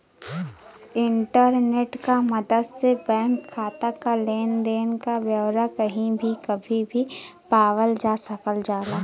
internet क मदद से बैंक खाता क लेन देन क ब्यौरा कही भी कभी भी पावल जा सकल जाला